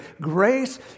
grace